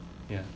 ya